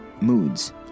moods